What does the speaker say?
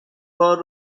بار